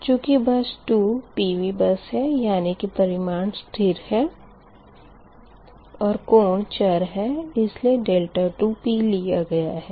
चूँकि bus 2 PV bus है यानी कि परिमाण स्थिर है ओर कोण चर है इसलिए 2p लिया गया है